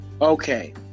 Okay